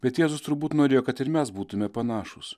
bet jėzus turbūt norėjo kad ir mes būtume panašūs